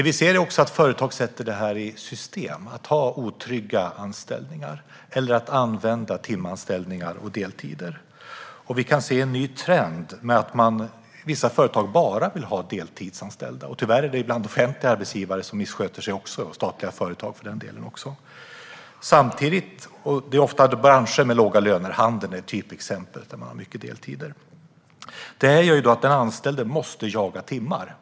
Vi ser också att företag sätter i system att ha otrygga anställningar eller att använda timanställningar och deltider. En trend är att vissa företag bara vill ha deltidsanställda. Tyvärr missköter sig även offentliga arbetsgivare och statliga företag. Ofta är det i branscher med låga löner. Handeln är ett typexempel med mycket deltider. Detta gör att den anställde måste jaga timmar.